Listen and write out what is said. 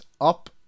up